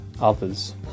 others